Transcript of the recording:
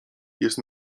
jest